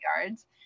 Yards